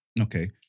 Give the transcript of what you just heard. Okay